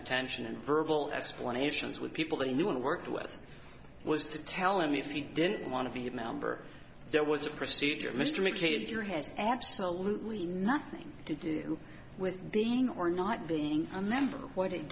attention and verbal explanations with people they knew and worked with was to tell him if he didn't want to be a member there was a procedure mr mccain if your has absolutely nothing to do with being or not being a member what it